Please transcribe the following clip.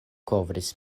kovris